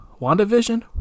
WandaVision